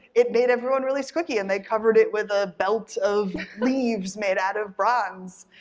it made everyone really squikky, and they covered it with a belt of leaves made out of bronze,